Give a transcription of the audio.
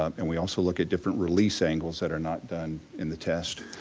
um and we also look at different release angles that are not done in the test.